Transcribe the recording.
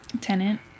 Tenant